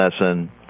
lesson